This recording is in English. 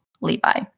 Levi